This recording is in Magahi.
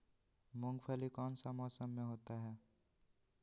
मूंगफली कौन सा मौसम में होते हैं?